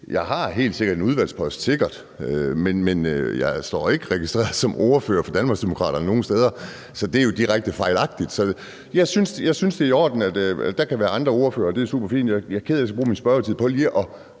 Jeg har helt sikkert en udvalgspost, men jeg står ikke registreret som ordfører for Danmarksdemokraterne nogen steder. Så det er jo direkte fejlagtigt. Jeg synes, det er i orden, at der kan være andre ordførere, og det er superfint, men jeg er ked af, at jeg skal bruge min spørgetid på lige at